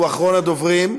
הוא אחרון הדוברים.